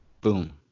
boom